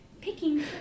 picking